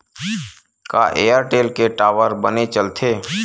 का एयरटेल के टावर बने चलथे?